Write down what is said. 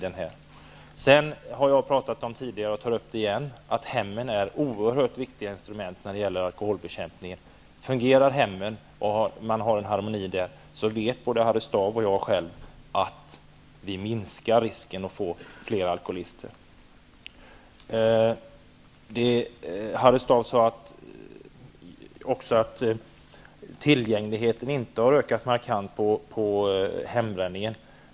Jag har tidigare talat om -- och jag tar upp det igen -- att hemmen är oerhört viktiga instrument när det gäller alkoholbekämpningen. Både Harry Staaf och jag själv vet att om hemmen fungerar, om man har en harmoni där, så minskar risken för att vi får fler alkoholister. Harry Staaf sade att tillgängligheten inte har ökat markant när det gäller hembränningen.